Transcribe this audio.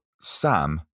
Sam